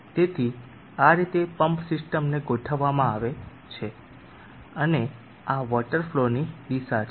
તેથી આ રીતે પમ્પ સિસ્ટમ્સને ગોઠવવામાં આવે છે અને આ વોટર ફલોની દિશા છે